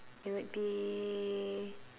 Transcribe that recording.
it would be